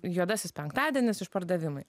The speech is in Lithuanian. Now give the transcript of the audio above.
juodasis penktadienis išpardavimai